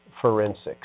forensics